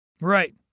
Right